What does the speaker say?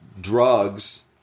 drugs